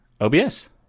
OBS